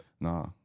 Nah